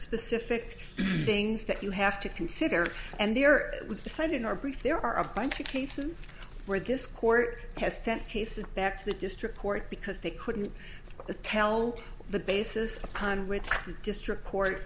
specific things that you have to consider and there was the sight in our brief there are a bunch of cases where this court has sent cases back to the district court because they couldn't tell the basis upon which